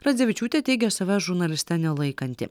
radzevičiūtė teigia savęs žurnaliste nelaikanti